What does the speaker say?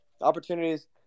Opportunities